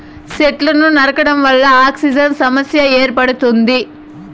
సెట్లను నరకడం వల్ల ఆక్సిజన్ సమస్య ఏర్పడుతుంది